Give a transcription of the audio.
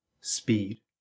speed